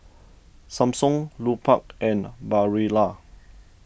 Samsung Lupark and Barilla